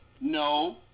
no